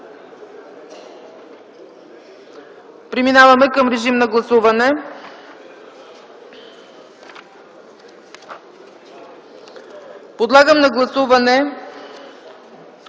Минаваме към режим на гласуване. Подлагам на гласуване